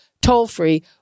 Toll-free